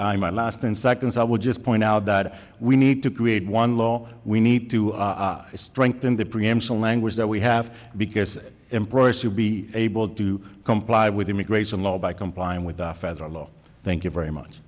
in my last ten seconds i would just point out that we need to create one law and we need to strengthen the preemption language that we have because employers to be able to comply with immigration law by complying with the feds are low thank you very much